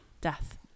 death